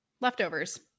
Leftovers